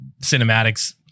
cinematics